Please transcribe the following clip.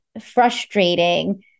frustrating